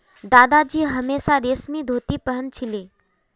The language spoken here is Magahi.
दादाजी हमेशा रेशमी धोती पह न छिले